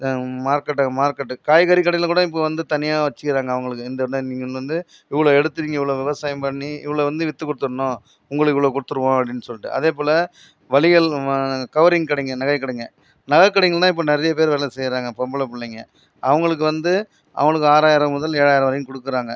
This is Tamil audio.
மார்க்கெட்டை மார்க்கெட் காய்கறி கடையில் கூட இப்போ வந்து தனியாக வச்சிக்கிறாங்க அவங்களுக்கு இதோடு நீங்கள் வந்து இவ்வளோ எடுத்திருங்கிங்க இவ்வளோ விவசாயம் பண்ணி இவ்வளோ வந்து விற்று கொடுத்துடுணும் உங்களுக்கு இவ்வளோ கொடுத்துடுவோம் அப்படினு சொல்லிட்டு அதே போல் வளையல் கவரிங் கடைங்க நகை கடைங்க நகை கடைங்கள்னா இப்போ நிறைய பேர் வேலை செய்யிறாங்க பொம்பளை பிள்ளைங்க அவங்களுக்கு வந்து அவங்களுக்கு வந்து ஆறாயிரம் முதல் ஏழாயிரம் வரை கொடுக்குறாங்க